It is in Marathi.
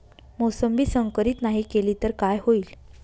मोसंबी संकरित नाही केली तर काय होईल?